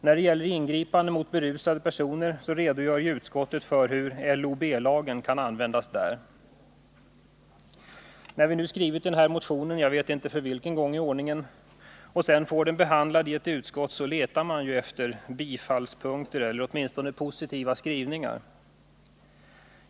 I fråga om ingripanden mot berusade personer så redogör utskottet för hur LOB-lagen kan användas. När vi nu har skrivit denna motion —jag vet inte för vilken gång i ordningen — och sedan får den behandlad i ett utskott, så letar man efter bifallsyttringar eller åtminstone positiva skrivningar.